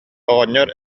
оҕонньор